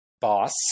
boss